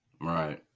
Right